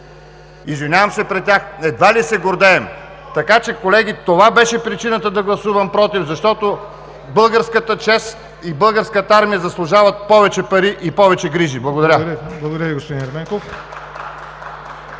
извинявам се пред тях – едва ли се гордеем. Колеги, това беше причината да гласувам „против“, защото българската чест и Българската армия заслужават повече пари и повече грижи. Благодаря. (Частични